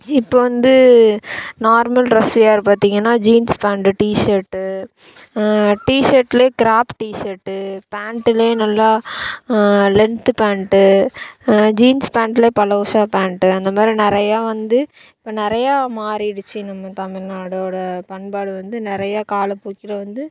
இப்போ வந்து normal dress wear பார்த்தீங்கன்னா ஜீன்ஸ் பேண்டு டிஷர்ட்டு டிஷர்ட்டில் க்ராப் டிஷர்ட்டு பேண்ட்டில் நல்லா லென்த்து பேண்ட்டு ஜீன்ஸ் பேண்ட்டில் பலோசா பேண்ட்டு அந்தமாதிரி நிறையா வந்து இப்போ நிறையா மாறிடுச்சு நம்ம தமிழ்நாடோடய பண்பாடு வந்து நிறையா காலப்போக்கில வந்து